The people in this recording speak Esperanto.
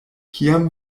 kiam